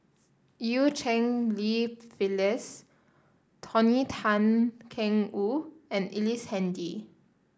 Eu Cheng Li Phyllis Tony Tan Keng Woo and Ellice Handy